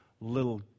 little